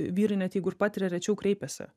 vyrai net jeigu ir patiria rečiau kreipiasi